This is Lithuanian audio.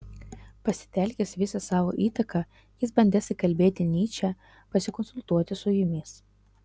pasitelkęs visą savo įtaką jis bandys įkalbėti nyčę pasikonsultuoti su jumis